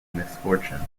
misfortune